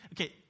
Okay